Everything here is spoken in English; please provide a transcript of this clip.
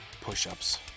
push-ups